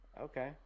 Okay